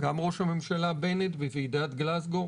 גם ראש הממשלה בנט בוועידת גלזגו,